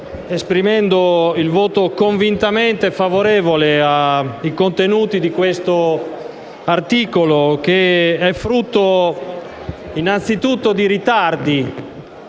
esprimendo il voto convintamente favorevole sui contenuti dell’articolo 25, che è frutto innanzitutto di ritardi